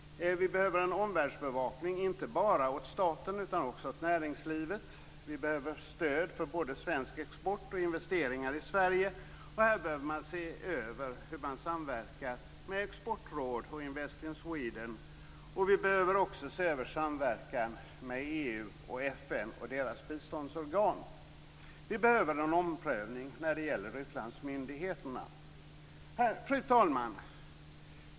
Vi behöver en omvärldsbevakning inte bara åt staten, utan också åt näringslivet. Vi behöver stöd för både svensk export och investeringar i Sverige. Här behöver man se över hur man samverkar med exportråd och Invest in Sweden. Vi behöver också se över samverkan med EU och FN och deras biståndsorgan. Vi behöver en omprövning när det gäller utlandsmyndigheterna. Fru talman!